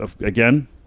again